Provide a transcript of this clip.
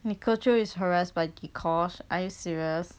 nicole choo is harassed by dee-kosh are you serious